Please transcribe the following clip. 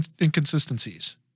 inconsistencies